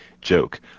joke